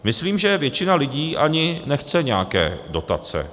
Myslím, že většina lidí ani nechce nějaké dotace.